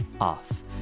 off